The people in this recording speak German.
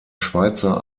schweizer